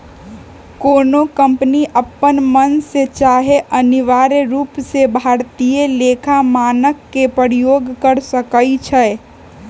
कोनो कंपनी अप्पन मन से चाहे अनिवार्य रूप से भारतीय लेखा मानक के प्रयोग कर सकइ छै